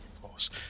force